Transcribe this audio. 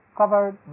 covered